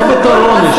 לא בתור עונש,